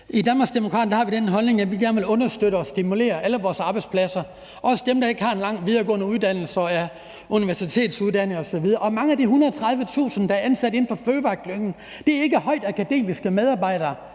I Danmarksdemokraterne har vi den holdning, at vi gerne vil understøtte og stimulere alle vores arbejdspladser, også dem, hvor man ikke har en lang videregående uddannelse og er universitetsuddannet osv. Mange af de 130.000, der er ansat inden for fødevareklyngen, er ikke højtuddannede akademiske medarbejdere;